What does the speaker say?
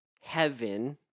Heaven